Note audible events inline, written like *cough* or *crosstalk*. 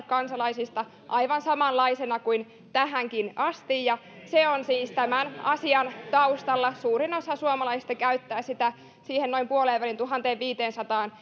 *unintelligible* kansalaisista aivan samanlaisena kuin tähänkin asti ja se on siis tämän asian taustalla suurin osa suomalaista käyttää sitä siihen noin puoleenväliin tuhanteenviiteensataan *unintelligible*